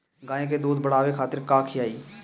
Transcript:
गाय के दूध बढ़ावे खातिर का खियायिं?